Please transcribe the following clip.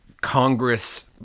Congress